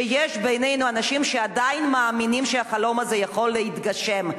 ויש בינינו אנשים שעדיין מאמינים שהחלום הזה יכול להתגשם.